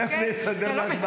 איך זה הסתדר לך?